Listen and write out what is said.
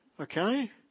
Okay